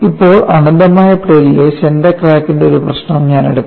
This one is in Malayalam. ഇപ്പോൾ അനന്തമായ പ്ലേറ്റിലെ സെന്റർ ക്രാക്കിന്റെ ഒരു പ്രശ്നം ഞാൻ എടുക്കാം